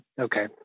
Okay